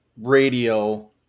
radio